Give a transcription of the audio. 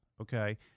okay